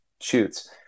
shoots